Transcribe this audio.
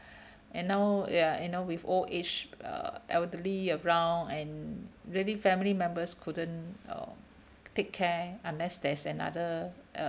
and now ya you know with old age uh elderly around and really family members couldn't uh take care unless there's another uh